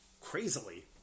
Crazily